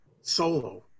solo